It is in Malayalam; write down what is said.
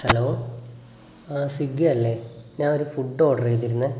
ഹലോ ആ സ്വിഗ്ഗിയല്ലേ ഞാനൊരു ഫുഡ് ഓർഡർ ചെയ്തിരുന്നേ